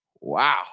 Wow